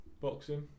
boxing